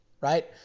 Right